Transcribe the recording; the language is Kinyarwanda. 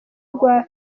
rwa